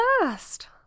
last